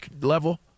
level